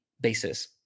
basis